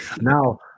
Now